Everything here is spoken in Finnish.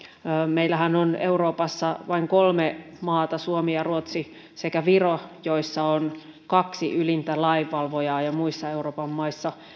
meillähän on euroopassa vain kolme maata suomi ja ruotsi sekä viro joissa on kaksi ylintä lainvalvojaa ja muissa euroopan maissa